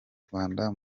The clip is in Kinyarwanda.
rwanda